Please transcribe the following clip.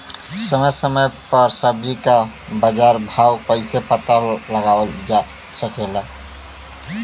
समय समय समय पर सब्जी क बाजार भाव कइसे पता लगावल जा सकेला?